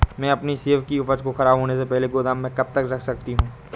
मैं अपनी सेब की उपज को ख़राब होने से पहले गोदाम में कब तक रख सकती हूँ?